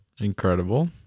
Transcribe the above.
incredible